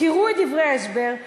קראו את דברי ההסבר,